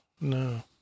no